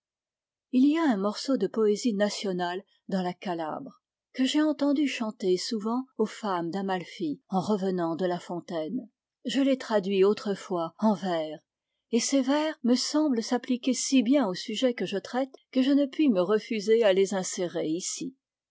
il y a un morceau de poésie nationale dans la calabre que j'ai entendu chanter souvent aux femmes d'amalfi en revenant de la fontaine je l'ai traduit autrefois en vers et ces vers me semblent s'appliquer si bien au sujet que je traite que je ne puis me refuser à les insérer ici